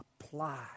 Apply